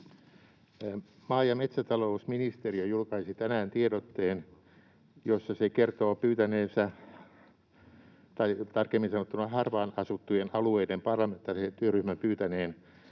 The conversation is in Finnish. Maa- ja metsätalousministeriö julkaisi tänään tiedotteen, jossa se kertoo pyytäneensä — tai tarkemmin sanottuna harvaan asuttujen alueiden parlamentaarisen työryhmän pyytäneen